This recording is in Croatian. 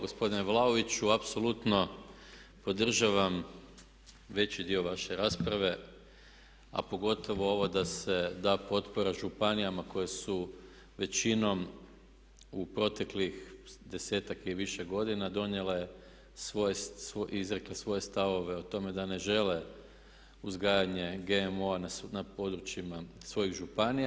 Gospodine Vlaoviću apsolutno podržavam veći dio vaše rasprave a pogotovo ovo da se da potpora županijama koje su većinom u proteklih 10-ak i više godina donijele i izrekle svoje stavove o tome da ne žele uzgajanje GMO-a na područjima svojih županija.